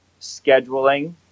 scheduling